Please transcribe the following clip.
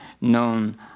known